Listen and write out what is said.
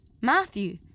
Matthew